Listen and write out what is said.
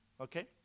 Okay